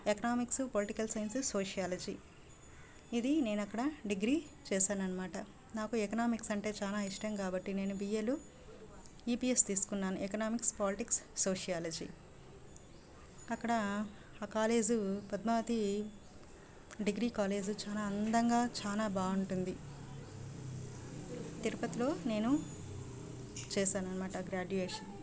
economics political science sociology ఇది నేను అక్కడ డిగ్రీ చేశాను అన్నమాట నాకు ఎకనామిక్స్ అంటే చాలా ఇష్టం కాబట్టి నేను బిఏలో ఈపీఎస్ తీసుకున్నాను ఎకనామిక్స్ పాలిటిక్స్ సోషియాలజీ అక్కడ ఆ కాలేజు పద్మావతి డిగ్రీ కాలేజ్ చాలా అందంగా చాలా బాగుంటుంది తిరుపతిలో నేను చేశాను అన్నమాట గ్రాడ్యుయేషన్